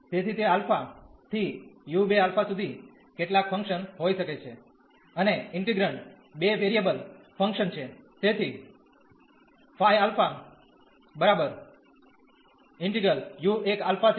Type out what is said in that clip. તેથી તે આલ્ફા થી u2 α સુધી કેટલાક ફંકશન હોઈ શકે છે અને ઇન્ટિગ્રેંડ બે વેરીયેબલ ફંકશન છે તેથી